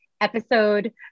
episode